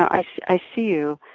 i see you.